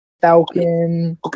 Falcon